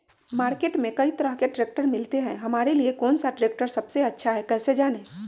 Market में कई तरह के ट्रैक्टर मिलते हैं हमारे लिए कौन सा ट्रैक्टर सबसे अच्छा है कैसे जाने?